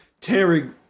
tearing